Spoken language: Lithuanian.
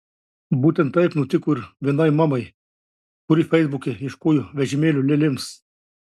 būtent taip nutiko ir vienai mamai kuri feisbuke ieškojo vežimėlio lėlėms